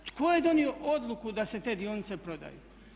Tko je donio odluku da se te dionice prodaju?